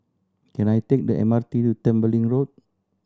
can I take the M R T to Tembeling Road